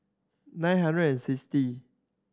nine hundred and sixty